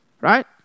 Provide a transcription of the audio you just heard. right